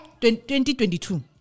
2022